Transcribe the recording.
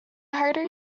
harder